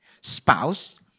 spouse